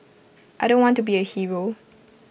I don't want to be A hero